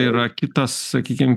yra kitas sakykim